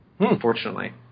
Unfortunately